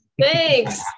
Thanks